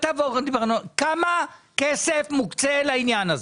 -- כמה כסף מוקצה לעניין הזה?